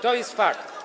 To jest fakt.